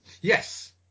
Yes